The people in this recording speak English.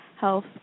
health